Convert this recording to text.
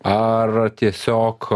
ar tiesiog